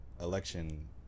election